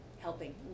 helping